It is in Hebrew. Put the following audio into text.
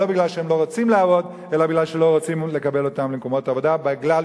לא יכול להיות שההסתדרות תטפל בסוגיה אחת, והיא